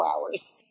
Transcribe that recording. hours